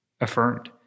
affirmed